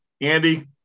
Andy